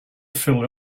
fill